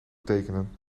tekenen